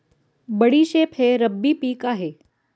बडीशेप हे रब्बी पिक आहे